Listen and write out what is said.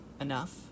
enough